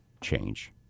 change